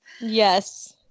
Yes